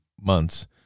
months